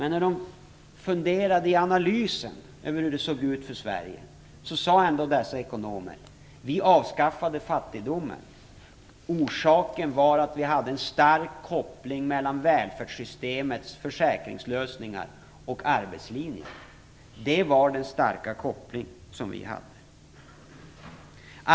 Men när de i analysen funderade över hur det såg ut för Sverige sade ändå dessa ekonomer att vi avskaffade fattigdomen. Orsaken var att vi hade en stark koppling mellan välfärdssystemets försäkringslösningar och arbetslinjen. Det var den starka koppling som vi hade.